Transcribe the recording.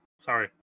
sorry